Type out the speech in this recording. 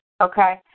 Okay